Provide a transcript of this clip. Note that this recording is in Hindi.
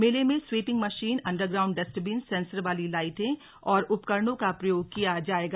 मेले में sweeping machine underground dustbin sensor वाली लाइटें आदि उपकरणों का प्रयोग किया जाएगा